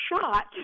shot